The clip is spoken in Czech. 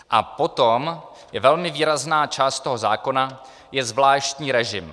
A potom velmi výrazná část toho zákona je zvláštní režim.